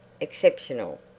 Exceptional